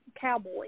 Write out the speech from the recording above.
cowboy